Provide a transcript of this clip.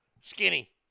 skinny